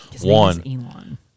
one